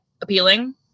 appealing